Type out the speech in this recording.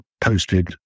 posted